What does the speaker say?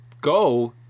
go